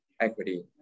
equity